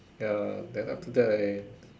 ya then after that I